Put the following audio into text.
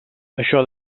això